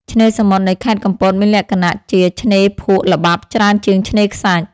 ឆ្នេរសមុទ្រនៃខេត្តកំពតមានលក្ខណៈជាឆ្នេរភក់ល្បាប់ច្រើនជាងឆ្នេរខ្សាច់។